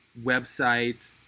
website